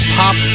pop